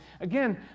Again